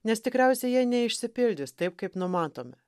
nes tikriausiai jie neišsipildys taip kaip numatomi